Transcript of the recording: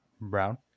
Brown